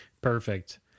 Perfect